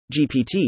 GPT